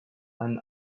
and